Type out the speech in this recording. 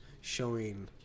showing